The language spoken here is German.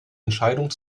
entscheidung